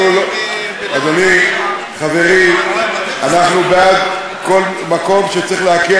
אדוני, חברי, אנחנו בעד כל מקום שצריך להקל.